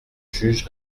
juge